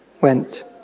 went